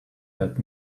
that